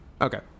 Okay